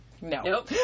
no